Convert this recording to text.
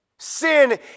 Sin